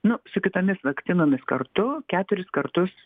nu su kitomis vakcinomis kartu keturis kartus